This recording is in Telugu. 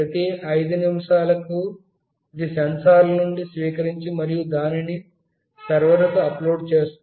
ప్రతి 5 నిమిషాలకు ఇది సెన్సార్ల నుండి స్వీకరించి మరియు దానిని సర్వర్కు అప్లోడ్ చేస్తుంది